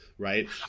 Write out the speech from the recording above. Right